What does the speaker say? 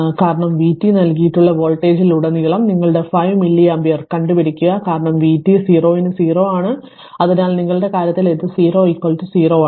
കാരണം vt നൽകിയിട്ടുള്ള വോൾട്ടേജിലുടനീളം നിങ്ങളുടെ 5 മില്ലി ആമ്പിയർ കണ്ടുപിടിക്കുക കാരണം vt 0 ന് 0 ആണ് അതിനാൽ നിങ്ങളുടെ കാര്യത്തിൽ ഇത് 0 0 ആണ്